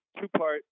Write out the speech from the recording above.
two-part